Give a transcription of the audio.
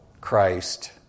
Christ